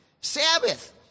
Sabbath